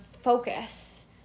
focus